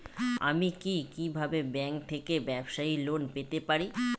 আমি কি কিভাবে ব্যাংক থেকে ব্যবসায়ী লোন পেতে পারি?